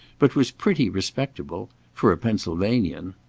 but was pretty respectable for a pennsylvanian.